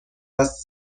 است